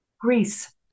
Greece